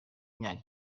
imyaka